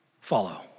follow